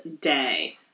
day